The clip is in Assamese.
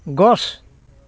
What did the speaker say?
গছ